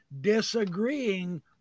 disagreeing